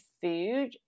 food